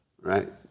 right